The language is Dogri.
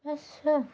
बस